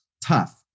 tough